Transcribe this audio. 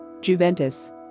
juventus